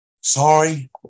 sorry